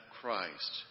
Christ